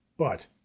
But